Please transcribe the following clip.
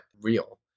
real